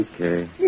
Okay